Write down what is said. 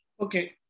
Okay